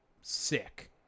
Sick